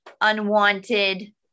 unwanted